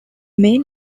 main